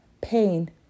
pain